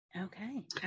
Okay